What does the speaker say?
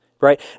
right